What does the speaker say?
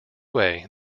way